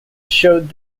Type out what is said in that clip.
showed